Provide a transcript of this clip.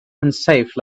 unsafe